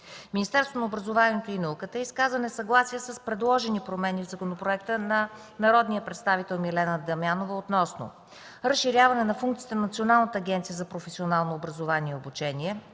Министерството на образованието и науката изказа несъгласие с предложени промени в законопроекта на народния представител Милена Дамянова относно: - разширяване на функциите на Националната агенция за професионално образование и обучение;